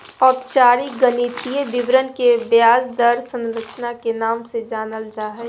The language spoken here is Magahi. औपचारिक गणितीय विवरण के ब्याज दर संरचना के नाम से जानल जा हय